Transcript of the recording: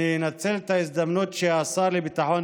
אני מקווה שבתוך חודש,